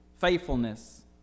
faithfulness